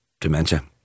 dementia